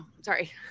Sorry